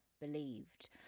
believed